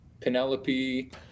penelope